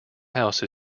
house